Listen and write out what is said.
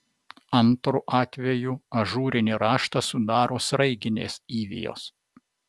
antru atvejų ažūrinį raštą sudaro sraiginės įvijos